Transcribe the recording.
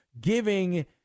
giving